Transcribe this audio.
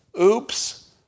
Oops